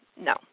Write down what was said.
No